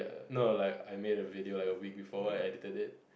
no like I made a video like a week before I entered it